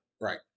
Right